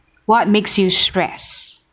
what makes you stressed